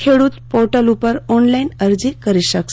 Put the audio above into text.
ખેડૂત પોર્ટલ ઉપર ઓનલાઈન અરજી કરી શકશે